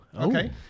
Okay